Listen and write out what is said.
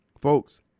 Folks